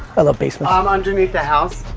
i love basements. um underneath the house.